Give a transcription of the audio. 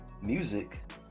music